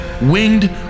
winged